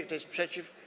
Kto jest przeciw?